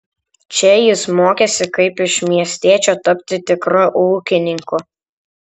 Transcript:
čia jis mokėsi kaip iš miestiečio tapti tikru ūkininku